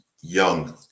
young